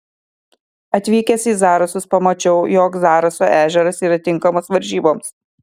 atvykęs į zarasus pamačiau jog zaraso ežeras yra tinkamas varžyboms